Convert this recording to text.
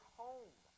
home